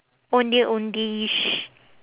ondeh ondehish